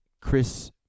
Chris